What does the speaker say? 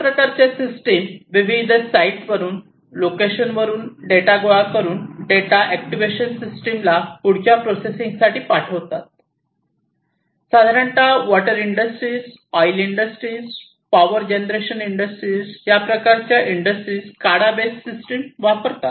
अशा प्रकारच्या सिस्टिम विविध साइटवरून लोकेशन वरून डेटा गोळा करून डेटा एक्टिवेशन सिस्टीम ला पुढच्या प्रोसेसिंगसाठी पाठवतात साधारणतः water industries oil industries power generation industries याप्रकारच्या इंडस्ट्रीज स्काडा बेस्ट सिस्टिम वापरतात